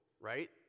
right